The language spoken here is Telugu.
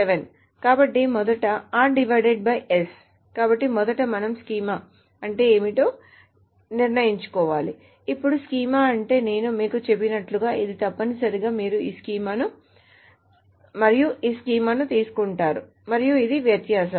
కాబట్టి మొదట కాబట్టి మొదట మనం స్కీమా అంటే ఏమిటో నిర్ణయించుకోవాలి ఇప్పుడు స్కీమా అంటే నేను మీకు చెప్పినట్లుగా ఇది తప్పనిసరిగా మీరు ఈ స్కీమాను మరియు ఈ స్కీమాను తీసుకుంటారు మరియు ఇది వ్యత్యాసం